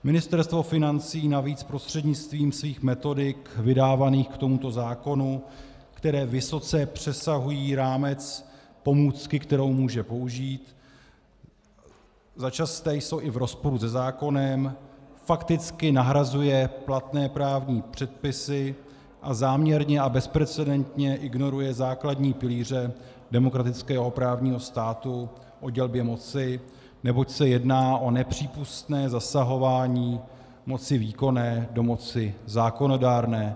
Ministerstvo financí navíc prostřednictvím svých metodik vydávaných k tomuto zákonu, které vysoce přesahují rámec pomůcky, kterou může použít, začasté jsou i v rozporu se zákonem, fakticky nahrazuje platné právní předpisy a záměrně a bezprecedentně ignoruje základní pilíře demokratického právního státu o dělbě moci, neboť se jedná o nepřípustné zasahování moci výkonné do moci zákonodárné.